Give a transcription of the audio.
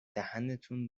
دهنتون